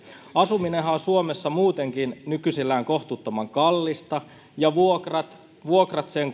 asuminenhan on suomessa muutenkin nykyisellään kohtuuttoman kallista ja vuokrat vuokrat sen